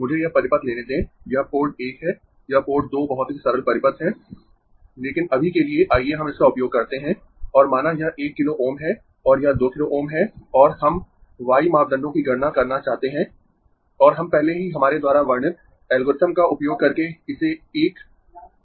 मुझे यह परिपथ लेने दें यह पोर्ट 1 है यह पोर्ट 2 बहुत ही सरल परिपथ है लेकिन अभी के लिए आइये हम इसका उपयोग करते है और माना यह 1 किलो Ω है और यह 2 किलो Ω है और हम y मापदंडों की गणना करना चाहते है और हम पहले ही हमारे द्वारा वर्णित एल्गोरिथम का उपयोग करके इसे एक एक करके करेंगें